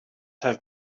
have